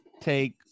take